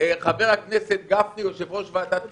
חבר הכנסת גפני, יושב-ראש ועדת הכספים,